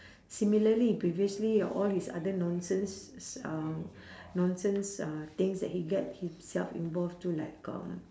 similarly previously your all his other nonsense uh nonsense uh things that he get himself involved to like um